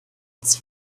its